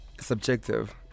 Subjective